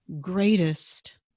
greatest